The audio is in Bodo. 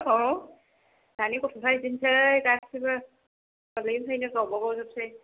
औ दानि गथ'फ्रा बिदिनोसै गासैबो उन्दैनिफ्रायनो गावबागाव जोबसै